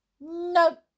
no